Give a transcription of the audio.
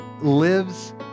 lives